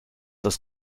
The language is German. das